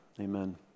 amen